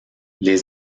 les